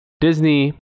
Disney